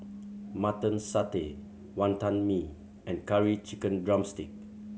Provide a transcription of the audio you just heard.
Mutton Satay Wantan Mee and Curry Chicken drumstick